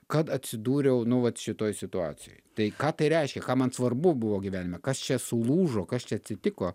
kad atsidūriau nu vat šitoj situacijoj tai ką tai reiškia ką man svarbu buvo gyvenime kas čia sulūžo kas čia atsitiko